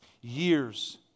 Years